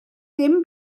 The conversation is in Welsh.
ddim